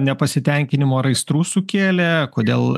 nepasitenkinimo ir aistrų sukėlė kodėl